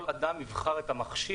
כל אדם יבחר את המכשיר,